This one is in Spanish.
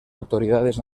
autoridades